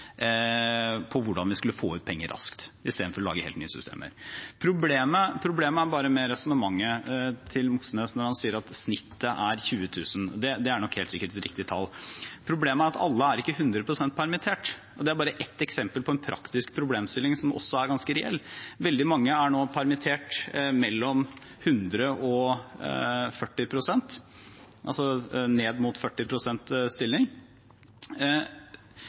på hvordan vi skulle få ut penger raskt, istedenfor å lage helt nye systemer. Problemet med resonnementet til Moxnes når han sier at snittet er 20 000 kr – det er nok helt sikkert riktig tall – er bare at alle er ikke 100 pst. permittert. Det er bare ett eksempel på en praktisk problemstilling som er ganske reell. Veldig mange er nå permittert mellom 100 pst. og ned mot 40 pst. stilling.